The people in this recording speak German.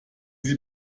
sie